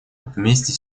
вместе